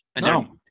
No